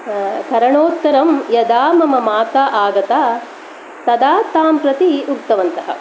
करनोत्तरं यदा मम माता आगता तदा तां प्रति उक्तवन्तः